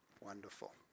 Wonderful